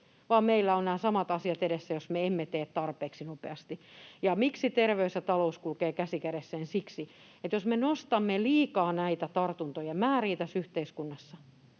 vaan meillä ovat nämä samat asiat edessä, jos me emme tee tarpeeksi nopeasti. Ja miksi terveys ja talous kulkevat käsi kädessä — siksi, että jos me nostamme liikaa näitä tartuntojen määriä tässä yhteiskunnassa,